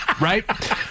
right